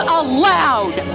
allowed